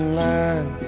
line